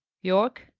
yorke!